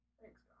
Thanks